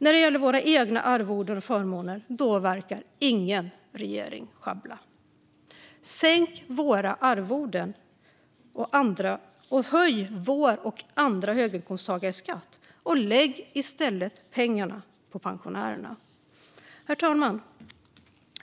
När det gäller våra egna arvoden och förmåner verkar ingen regering sjabbla. Sänk våra arvoden och höj vår och andra höginkomsttagares skatt, och lägg i stället pengarna på pensionärerna! Herr talman!